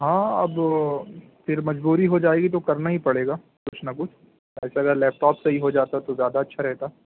ہاں اب پھر مجبوری ہو جائے گی تو کرنا ہی پڑے گا کچھ نہ کچھ ویسے اگر لیپٹاپ صحیح ہو جاتا تو زیادہ اچھا رہتا